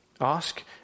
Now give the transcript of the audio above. ask